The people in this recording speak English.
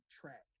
track